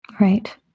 Right